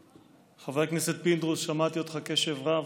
חבר הכנסת פינדרוס, שמעתי אותך בקשב רב.